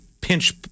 Pinch